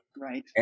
Right